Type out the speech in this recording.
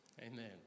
Amen